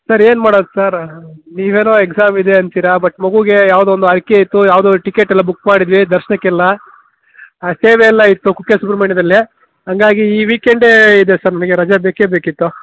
sir ಏನ್ ಮಾಡೋದ್ sir ನೀವೇನೋ ಎಕ್ಸಾಮ್ ಇದೆ ಅಂತಿರ ಬಟ್ ಮಗುಗೆ ಯಾವ್ದೊ ಒಂದು ಆರ್ಕೆ ಇತ್ತು ಯಾವ್ದೊ ಟಿಕೆಟ್ ಎಲ್ಲ ಬುಕ್ ಮಾಡಿದ್ವಿ ದರ್ಶ್ನಕ್ಕೆಲ್ಲ ಹಾಂ ಸೇವೆ ಎಲ್ಲ ಇತ್ತು ಕುಕ್ಕೆ ಸುಬ್ರಹ್ಮಣ್ಯದಲ್ಲೆ ಅಂಗಾಗಿ ಈ ವೀಕೆಂಡೇ ಇದೆ ಸರ್ ನಮಿಗೆ ರಜಾ ಬೇಕೇ ಬೇಕಿತ್ತು